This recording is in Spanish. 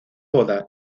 boda